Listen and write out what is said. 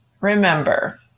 Remember